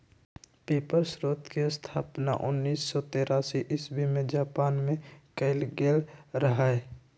paper स्रोतके स्थापना उनइस सौ तेरासी इस्बी में जापान मे कएल गेल रहइ